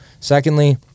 Secondly